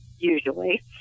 usually